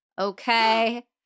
Okay